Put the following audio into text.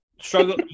struggle